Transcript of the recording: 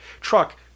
truck